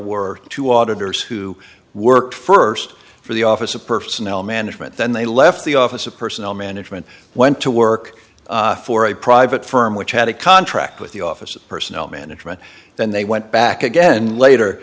were two auditors who worked first for the office of personnel management then they left the office of personnel management went to work for a private firm which had a contract with the office of personnel management then they went back again later